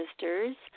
sisters